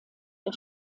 der